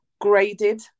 graded